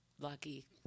lucky